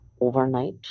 overnight